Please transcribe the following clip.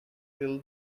little